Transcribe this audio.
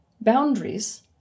Boundaries